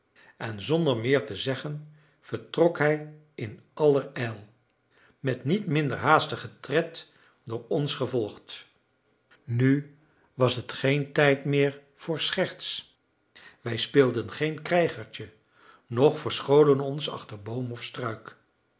en zonder meer te zeggen vertrok hij in allerijl met niet minder haastigen tred door ons gevolgd nu was het geen tijd meer voor scherts wij speelden geen krijgertje noch verscholen ons achter boom of struik